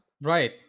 Right